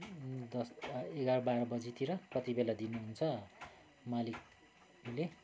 दस एघार बाह्र बजीतिर कति बेला दिनुहुन्छ मालिकले